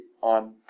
on